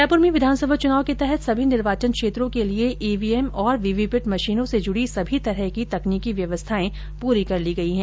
जयपुर में विधानसभा चुनाव के तहत सभी निर्वाचन क्षेत्रों के लिए ईवीएम और वीवीपैट मशीनों से जुड़ी सभी तरह की तकनीकी व्यवस्थाएं पूरी कर ली गई हैं